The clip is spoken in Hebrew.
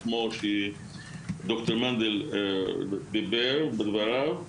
כמו שד"ר מנדל אמר בדבריו.